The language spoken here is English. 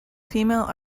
female